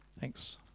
Thanks